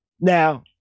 now